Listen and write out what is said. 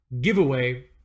giveaway